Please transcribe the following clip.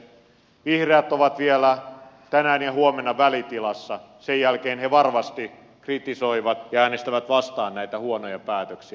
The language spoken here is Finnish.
arvoisa puhemies vihreät ovat vielä tänään ja huomenna välitilassa sen jälkeen he varmasti kritisoivat ja äänestävät vastaan näitä huonoja päätöksiä